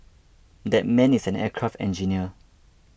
that man is an aircraft engineer